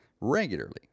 regularly